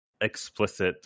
explicit